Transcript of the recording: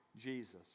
Jesus